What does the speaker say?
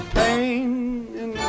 pain